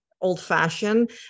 old-fashioned